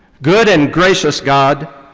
good and gracious god,